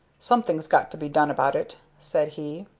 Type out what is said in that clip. something's got to be done about it, said he.